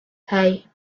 hey